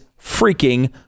freaking